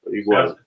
igual